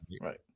right